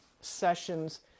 sessions